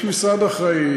יש משרד אחראי.